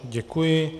Děkuji.